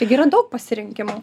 tai yra daug pasirinkimų